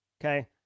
okay